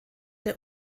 der